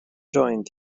joined